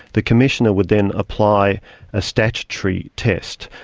the commissioner would then apply a statutory test.